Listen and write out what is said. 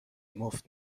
مفت